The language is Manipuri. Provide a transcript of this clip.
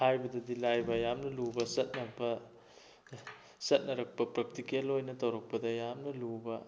ꯍꯥꯏꯕꯗꯗꯤ ꯂꯥꯏꯕ ꯌꯥꯝꯅ ꯂꯨꯕ ꯆꯠꯅꯕ ꯆꯠꯅꯔꯛꯄ ꯄ꯭ꯔꯥꯛꯇꯤꯀꯦꯜ ꯑꯣꯏꯅ ꯇꯧꯔꯛꯄꯗ ꯌꯥꯝꯅ ꯂꯨꯕ